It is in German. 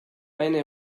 eine